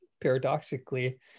paradoxically